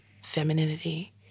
femininity